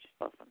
awesome